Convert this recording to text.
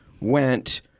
went